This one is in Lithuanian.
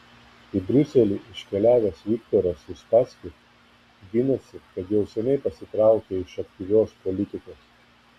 į briuselį iškeliavęs viktoras uspaskich ginasi kad jau seniai pasitraukė iš aktyvios politikos